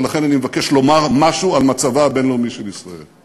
ולכן אני מבקש לומר משהו על מצבה הבין-לאומי של ישראל,